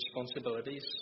responsibilities